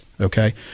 okay